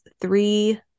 three